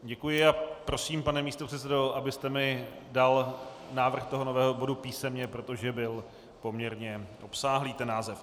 Děkuji a prosím, pane místopředsedo, abyste mi dal návrh nového bodu písemně, protože byl poměrně obsáhlý ten název.